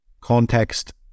context